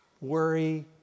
worry